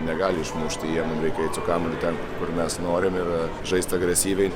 negali išmušti jie mum reikia eit su kamuoliu ten kur mes norim ir žaist agresyviai